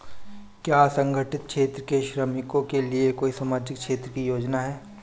क्या असंगठित क्षेत्र के श्रमिकों के लिए कोई सामाजिक क्षेत्र की योजना है?